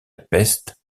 peste